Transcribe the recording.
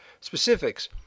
specifics